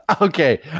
Okay